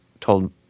told